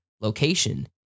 location